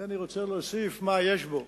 אינני רוצה להוסיף מה יש בו.